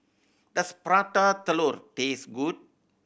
does Prata Telur taste good